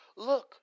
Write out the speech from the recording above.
Look